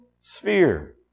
sphere